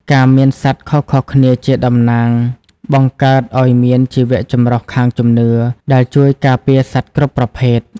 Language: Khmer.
ការមានសត្វខុសៗគ្នាជាតំណាង បង្កើតឱ្យមាន "ជីវចម្រុះខាងជំនឿ" ដែលជួយការពារសត្វគ្រប់ប្រភេទ។